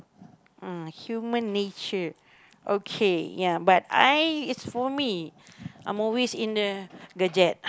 ah human nature okay ya but I is for me I'm always in the the